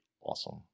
awesome